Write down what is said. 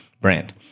brand